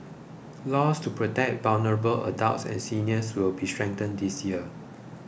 laws to protect vulnerable adults and seniors will be strengthened this year